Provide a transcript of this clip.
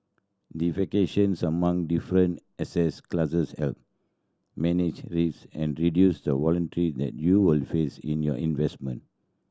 diversification among different asset classes help manage risk and reduce the volatility that you will face in your investments